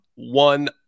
one